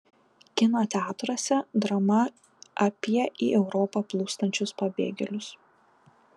kino teatruose drama apie į europą plūstančius pabėgėlius